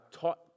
taught